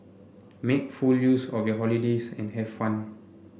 make full use of your holidays and have fun